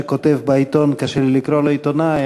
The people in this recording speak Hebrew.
שכותב בעיתון קשה לי לקרוא לו עיתונאי,